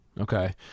Okay